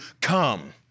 come